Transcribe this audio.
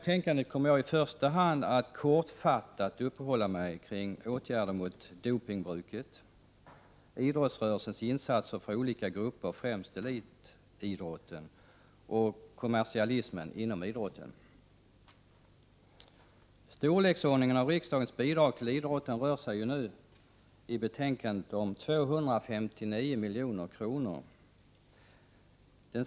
Jag kommer i första hand att uppehålla mig kortfattat kring åtgärder mot dopning, idrottsrörelsens insatser för olika grupper, främst elitidrotten, samt kommersialismen inom idrotten. Storleksordningen av riksdagens bidrag till idrotten rör sig om ca 259 milj.kr., enligt betänkandet.